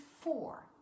four